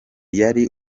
yari